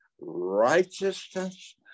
righteousness